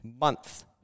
month